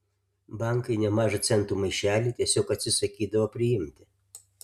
bankai nemažą centų maišelį tiesiog atsisakydavo priimti